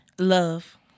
Love